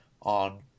on